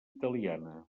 italiana